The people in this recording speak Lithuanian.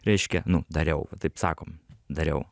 reiškia nu dariau taip sakom dariau